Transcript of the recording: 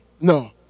No